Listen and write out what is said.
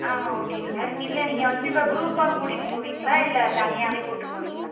ஆ okay sir இல்லை நீங்கள் வந்துட்டு இப்போ குரூப்பாக கூட்டிட்டு போவீங்களா இல்லை தனியாகவே கூட்டு போவீங்களா